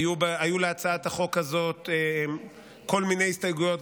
היו להצעת החוק הזאת כל מיני הסתייגויות,